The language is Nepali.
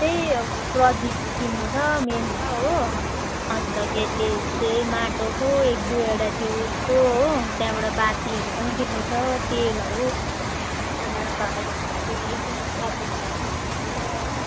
त्यही प्रदीप किन्नु छ मेन त हो अन्तखेरि त्यही माटोको एक दुईवटा त्यो ऊ यसको हो त्यहाँबाट बातीहरू किन्नु छ तेलहरू त्यहाँबाट किन्नु छ हो